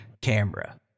camera